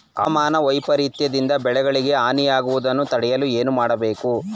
ಹವಾಮಾನ ವೈಪರಿತ್ಯ ದಿಂದ ಬೆಳೆಗಳಿಗೆ ಹಾನಿ ಯಾಗುವುದನ್ನು ತಡೆಯಲು ಏನು ಮಾಡಬೇಕು?